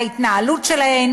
בהתנהלות שלהן